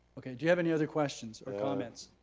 okay do you have any other questions or comments?